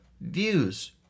views